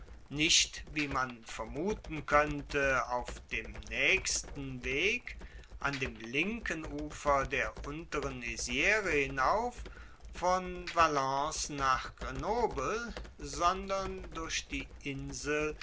nicht wie man vermuten koennte auf dem naechsten weg an dem linken ufer der unteren isre hinauf von valence nach grenoble sondern durch die insel